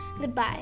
Goodbye